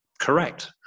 correct